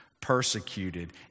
persecuted